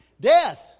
death